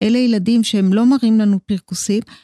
אלה ילדים שהם לא מראים לנו פרכוסים.